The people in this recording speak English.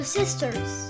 sisters